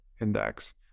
Index